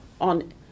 on